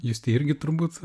justei irgi turbūt